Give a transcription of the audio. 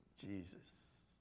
Jesus